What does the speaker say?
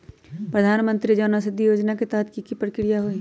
प्रधानमंत्री जन औषधि योजना के तहत की की प्रक्रिया होई?